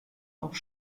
auch